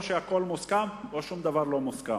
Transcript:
או הכול מוסכם או שום דבר לא מוסכם.